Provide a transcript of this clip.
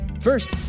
First